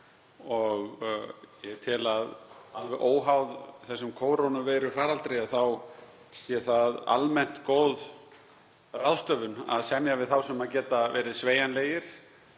og tel að alveg óháð þessum kórónuveirufaraldri sé það almennt góð ráðstöfun að semja við þá sem geta verið sveigjanlegir